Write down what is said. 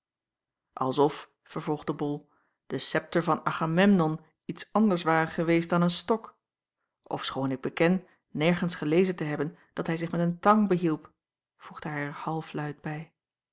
of vervolgde bol de septer van ageen dan iets anders ware geweest dan een stok ofschoon ik beken nergens gelezen te hebben dat hij zich met een tang behielp voegde hij er halfluid bij